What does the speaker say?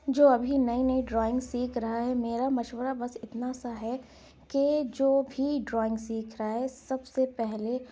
جو ابھی نئی نئی ڈرائنگ سیکھ رہا ہے میرا مشورہ بس اتنا سا ہے کے جو بھی ڈرائنگ سیکھ رہا ہے سب سے پہلے